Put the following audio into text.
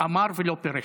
אמר ולא פירש.